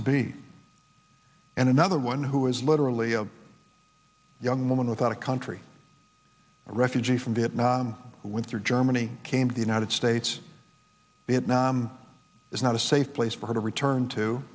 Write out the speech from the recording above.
to be and another one who is literally a young woman without a country a refugee from vietnam winter germany came to the united states vietnam is not a safe place for her to return to